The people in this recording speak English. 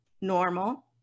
normal